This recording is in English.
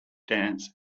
dance